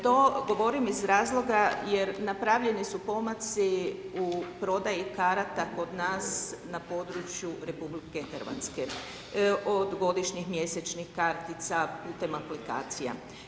To govorim iz razloga jer napravljeni su pomaci u prodaji karata kod nas na području RH od godišnjih, mjesečnih kartica putem aplikacija.